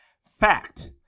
fact